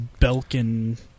Belkin